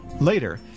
Later